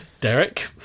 Derek